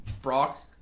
Brock